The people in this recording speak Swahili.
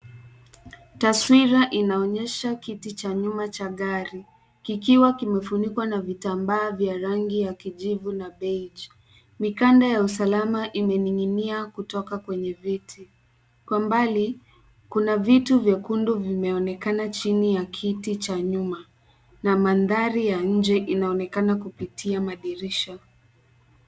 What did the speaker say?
Taswira inaonyesha kiti cha nyuma cha gari vikiwa vimefunikwa na vitambaa vya rangi ya kijivu na beige . Mikanda ya usalama imening'inia kutoka kwenye viti. Kwa mbali kuna vitu vyekundu vimeonekana chini ya kiti cha nyuma na mandhari ya nje inaonekana kupitia madirisha.